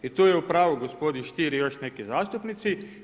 I tu je u pravu gospodi Stier i još neki zastupnici.